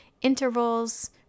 intervals